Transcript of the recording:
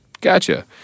Gotcha